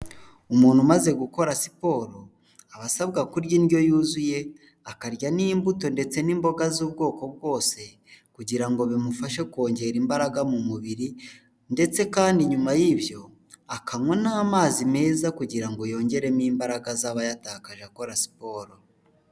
Umuntu umaze gukora siporo, aba asabwa kurya indyo yuzuye akarya n'imbuto ndetse n'imboga z'ubwoko bwose, kugira ngo bimufashe kongera imbaraga mu mubiri ndetse kandi nyuma y'ibyo akanywa n'amazi meza kugira ngo yongeremo imbaraga ze aba yatakaje akora siporo.